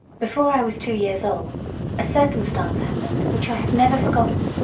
before i was two years old a circumstance happened which i have never forgotten.